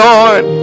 Lord